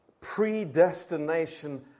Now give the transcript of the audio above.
Predestination